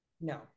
No